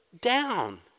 down